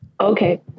Okay